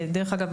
דרך אגב,